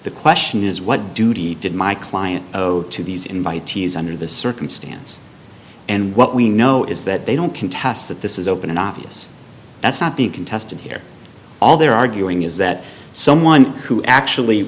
the question is what duty did my client to these invitees under the circumstance and what we know is that they don't contest that this is open and obvious that's not being contested here all they're arguing is that someone who actually